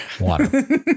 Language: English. water